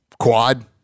quad